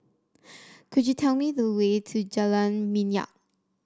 could you tell me the way to Jalan Minyak